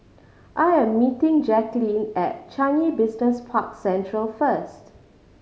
I am meeting Jacquelin at Changi Business Park Central first